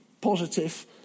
positive